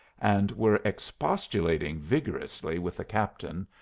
and were expostulating vigorously with the captain,